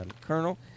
Colonel